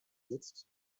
jetzt